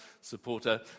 supporter